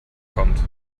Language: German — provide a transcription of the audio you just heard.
kommt